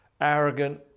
arrogant